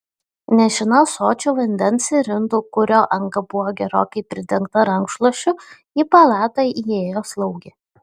nešina ąsočiu vandens ir indu kurio anga buvo gerokai pridengta rankšluosčiu į palatą įėjo slaugė